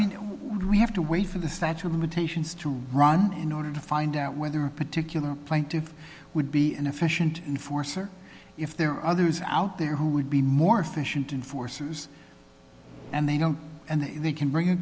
mean we have to wait for the statue of limitations to run in order to find out whether a particular plaintive would be an efficient enforcer if there are others out there who would be more efficient and forces and they don't and they can bring a